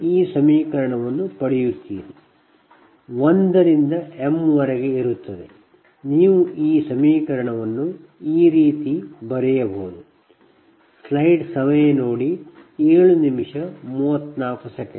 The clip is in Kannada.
ಈ ಸಮೀಕರಣವು 1 ರಿಂದ m ವರೆಗೆ ಇರುತ್ತದೆ